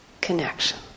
connection